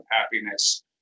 happiness